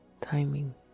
timing